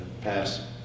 Pass